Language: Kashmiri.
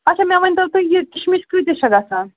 اچھا مےٚ ؤنۍ تَو تُہۍ یِہ کِشمِش کٍتِس چھِ گَژھان